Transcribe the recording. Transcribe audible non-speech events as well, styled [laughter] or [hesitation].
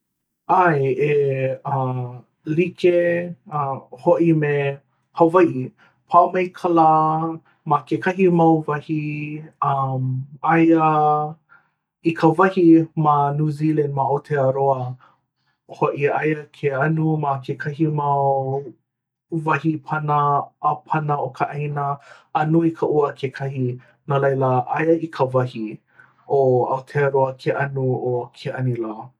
ʻae e [hesitation] uh like [hesitation] uh hoʻi me hawaiʻi pā mai ka lā ma kekahi mau wahi um aia [hesitation] i ka wahi ma new zealand ma aotearoa hoʻi aia ke anu ma kekahi mau wahi pana ʻāpana o ka ʻāina a nui ka ua kekahi. no laila aia i ka wahi o aotearoa ke ʻano o ke ʻanilā